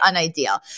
unideal